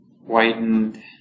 whitened